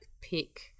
pick